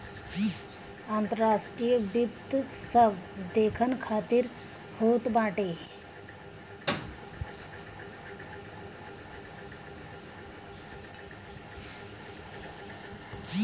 अंतर्राष्ट्रीय वित्त सब देसन खातिर होत बाटे